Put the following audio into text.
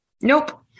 Nope